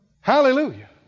Hallelujah